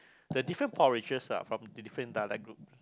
the different porridges ah from the different dialect group